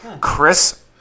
Chris-